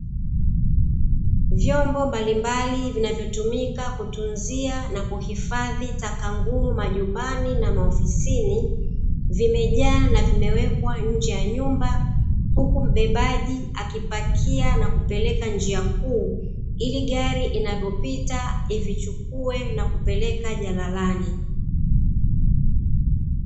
Vyombo mbalimbali vinavyotumika kutunzia na kuhifadhiataka ngumu majumbani na maofisini. Vimejaa na vimewekwa nje ya nyumba, huku mbebaji akipakia na kupeleka njia kuu, ili gari inavyopita ivichukue na kupeleka jalalani.